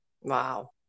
Wow